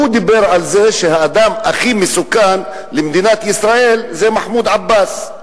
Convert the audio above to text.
הוא דיבר על זה שהאדם הכי מסוכן למדינת ישראל זה מחמוד עבאס.